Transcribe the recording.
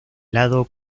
lado